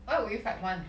why would you fight one